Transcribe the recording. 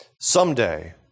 someday